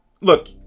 Look